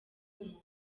umuntu